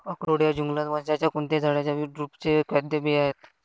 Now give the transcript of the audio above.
अक्रोड हे जुगलन्स वंशाच्या कोणत्याही झाडाच्या ड्रुपचे खाद्य बिया आहेत